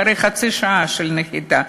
חצי שעה אחרי הנחיתה,